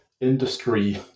industry